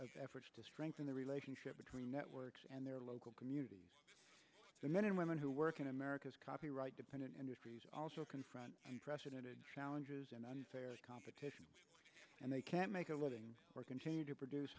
of efforts to strengthen the relationship between networks and their local communities the men and women who work in america's copyright dependent industries also confront precedent and challenges and unfair competition and they can't make a living or continue to produce